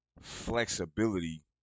flexibility